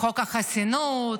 בחוק החסינות,